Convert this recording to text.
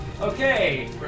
Okay